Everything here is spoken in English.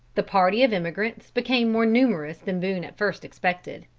the party of emigrants became more numerous than boone at first expected.